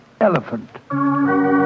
Elephant